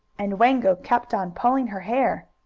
and wango kept on pulling her hair!